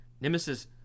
Nemesis